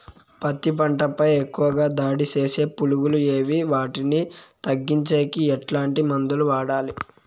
పత్తి పంట పై ఎక్కువగా దాడి సేసే పులుగులు ఏవి వాటిని తగ్గించేకి ఎట్లాంటి మందులు వాడాలి?